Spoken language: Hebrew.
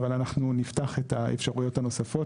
אבל אנחנו נפתח את האפשרויות הנוספות,